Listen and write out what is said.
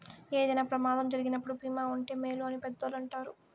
ఏదైనా ప్రమాదం జరిగినప్పుడు భీమా ఉంటే మేలు అని పెద్దోళ్ళు అంటారు